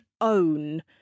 own